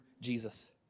Jesus